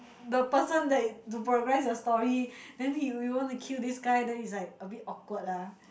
the person that to progress your story then you you wanna kill this guy then it's like a bit awkward lah